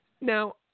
Now